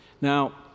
Now